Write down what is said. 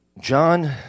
John